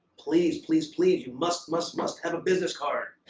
please, please, please. you must, must, must have a business card.